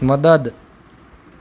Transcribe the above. મદદ